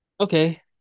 Okay